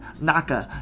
Naka